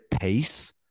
pace